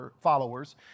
followers